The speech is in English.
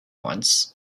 once